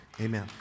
Amen